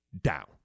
down